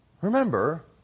Remember